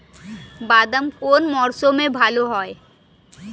বাদাম কোন মরশুমে ভাল হয়?